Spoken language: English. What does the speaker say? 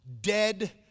dead